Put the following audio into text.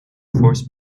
force